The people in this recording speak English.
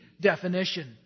definition